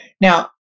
Now